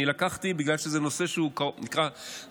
אני לקחתי בגלל שהנושא של כתות זה נושא שהוא נקרא קרוב,